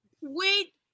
wait